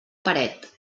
paret